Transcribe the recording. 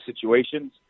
situations